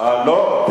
לא קרה שום דבר.